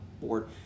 board